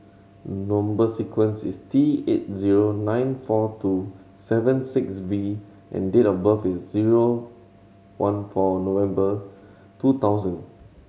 number sequence is T eight zero nine four two seven six V and date of birth is zero one four November two thousand